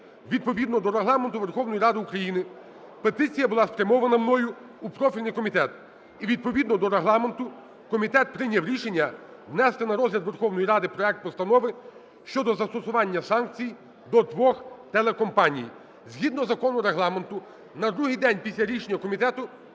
Відповідно до Регламенту Верховної Ради України петиція була спрямована мною у профільний комітет, і відповідно до Регламенту комітет прийняв рішення внести на розгляд Верховної Ради проект Постанови щодо застосування санкцій до двох телекомпаній. Згідно Закону… Регламенту на другий день після рішення комітету